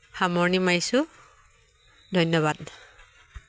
সামৰণি মাৰিছোঁ ধন্যবাদ